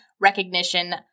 recognition